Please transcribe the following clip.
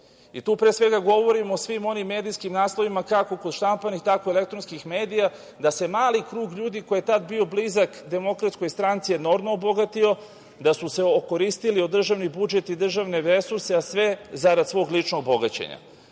Tu pre svega govorim o svim onim medijskim naslovima, kako kod štampanih, tako kod elektronskih medija, da se mali krug ljudi koji je tada bio blizak DS, enormno obogatio, da su se okoristili o državni budžet i državne resurse, a sve zarad svog ličnog bogaćenja.